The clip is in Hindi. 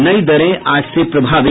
नई दरें आज से प्रभावी